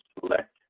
select